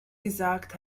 gesagt